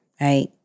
right